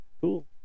Cool